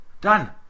done